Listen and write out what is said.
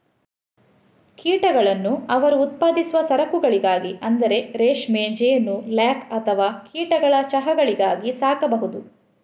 ಕೀಟಗಳನ್ನು ಅವರು ಉತ್ಪಾದಿಸುವ ಸರಕುಗಳಿಗಾಗಿ ಅಂದರೆ ರೇಷ್ಮೆ, ಜೇನು, ಲ್ಯಾಕ್ ಅಥವಾ ಕೀಟಗಳ ಚಹಾಗಳಿಗಾಗಿ ಸಾಕಬಹುದು